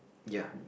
ya